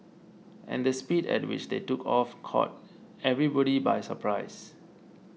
and the speed at which they took off caught everybody by surprise